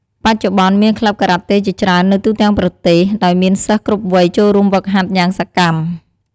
បច្ចុប្បន្ន មានក្លឹបការ៉ាតេជាច្រើននៅទូទាំងប្រទេស ដោយមានសិស្សគ្រប់វ័យចូលរួមហ្វឹកហាត់យ៉ាងសកម្ម។